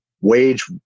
wage